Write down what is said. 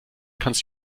kannst